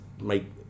make